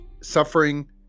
suffering